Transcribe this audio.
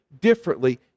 differently